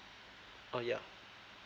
oh ya